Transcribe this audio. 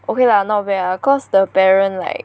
okay lah not bad lah cause the parent like